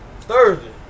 Thursday